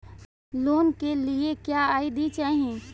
Loan के लिए क्या आई.डी चाही?